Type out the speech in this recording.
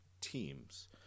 teams